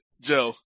Joe